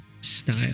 style